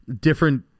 Different